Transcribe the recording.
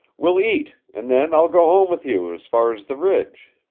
we'll eat and then i'll go home with you, as far as the ridge.